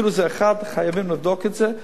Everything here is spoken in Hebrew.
אפילו אם זה אחד חייבים לבדוק את זה,